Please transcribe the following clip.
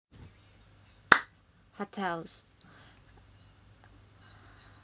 hotels